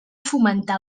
fomentar